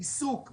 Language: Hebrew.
עיסוק,